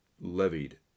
levied